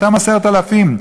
אותם 10,000,